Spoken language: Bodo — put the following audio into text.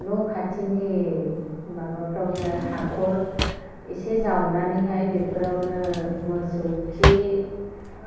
न' खाथिनि माबाफ्रावनो हाखर एसे जाउनानैहाय बेफोरावनो मोसौखि